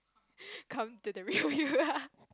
come to the real you